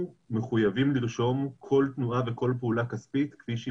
אנחנו מחויבים לרשום כל תנועה וכל פעולה כספית כפי שהיא